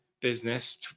Business